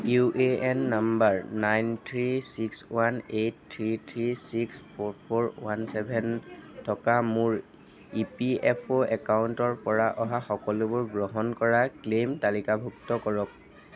U A N নম্বৰ nine three six one eight three three six four four one seven থকা মোৰ E P F O একাউণ্টৰ পৰা অহা সকলোবোৰ গ্ৰহণ কৰা ক্লেইম তালিকাভুক্ত কৰক